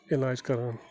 علاج کَران